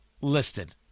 listed